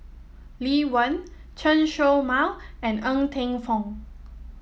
Lee Wen Chen Show Mao and Ng Teng Fong